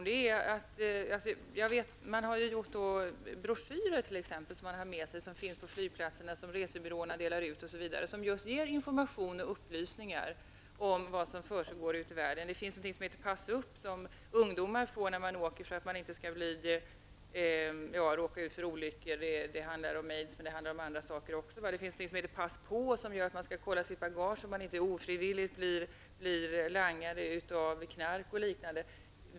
Det finns broschyrer på flygplatser och på resebyråer i vilka det ges information och upplysningar om vad som försiggår ute i världen. Det finns en broschyr som heter Pass upp, som ungdomar får när de reser. Syftet med den är att hjälpa dem att inte råka ut för olyckor. Denna broschyr kan även handla om aids, osv. Det finns en broschyr som heter Pass på, där det påpekas att man skall kolla sitt bagage så att man inte ofrivilligt blir langare av knark, m.m.